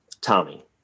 Tommy